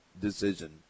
decision